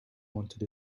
wanted